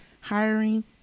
hiring